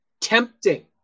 tempting